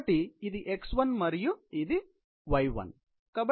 కాబట్టి ఇది x1 మరియు ఇది y1